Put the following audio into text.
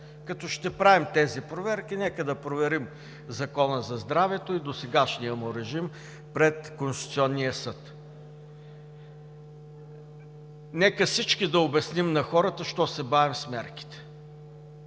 Като ще правим тези проверки, нека да проверим Закона за здравето и досегашния му режим пред Конституционния съд. Нека всички да обясним на хората защо се бавим с мерките.